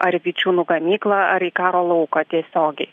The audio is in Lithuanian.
ar į vičiūnų gamyklą ar į karo lauką tiesiogiai